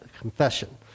Confession